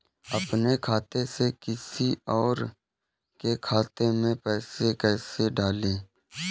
अपने खाते से किसी और के खाते में पैसे कैसे डालें?